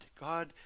God